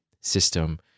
system